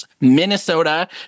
Minnesota